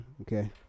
Okay